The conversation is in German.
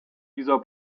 dieser